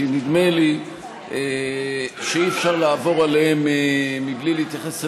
כי נדמה לי שאי-אפשר לעבור עליהם מבלי להתייחס אליהם.